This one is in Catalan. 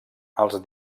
els